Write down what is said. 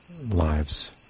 lives